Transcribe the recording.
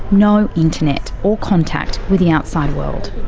no internet or contact with the outside world.